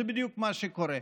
זה בדיוק מה שקורה.